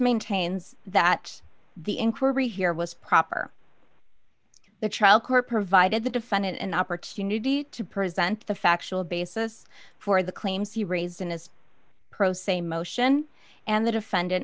maintains that the inquiry here was proper the child court provided the defendant an opportunity to present the factual basis for the claims he raised in his pro se motion and the defendant